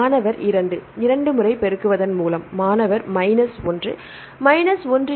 மாணவர் 2 2 முறை பெருகுவதன் மூலம் மாணவர் மைனஸ் 1 மைனஸ் 1